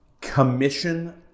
commission